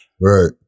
right